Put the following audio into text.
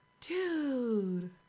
dude